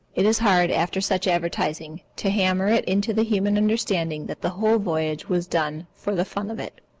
it is hard, after such advertising, to hammer it into the human understanding that the whole voyage was done for the fun of it.